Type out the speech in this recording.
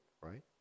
right